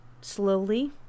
slowly